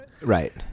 Right